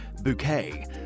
bouquet